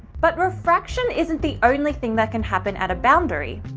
but refraction isn't the only thing that can happen at a boundary.